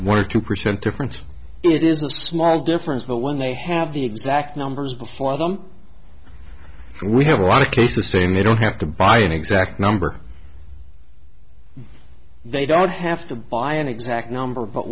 one or two percent difference it is a small difference but when they have the exact numbers before them we have a lot of case the same they don't have to buy an exact number they don't have to buy an exact number but